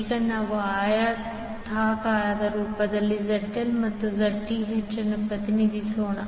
ಈಗ ನಾವು ಆಯತಾಕಾರದ ರೂಪದಲ್ಲಿ ZL ಮತ್ತು Zth ಅನ್ನು ಪ್ರತಿನಿಧಿಸೋಣ